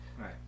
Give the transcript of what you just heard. right